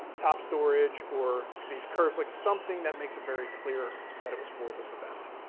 top storage, or these curves. like something that makes it very clear that it was for this event,